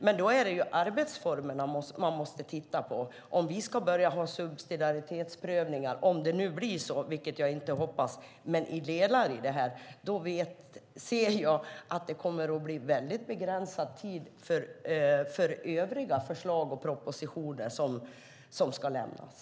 Men då är det arbetsformerna man måste titta på. Om vi ska börja ha subsidiaritetsprövningar - om det nu blir så, vilket jag inte hoppas - i vissa delar, anser jag att det kommer att bli begränsad tid för övriga förslag och propositioner som ska lämnas.